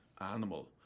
animal